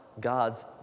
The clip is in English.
God's